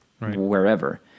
wherever